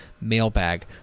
Mailbag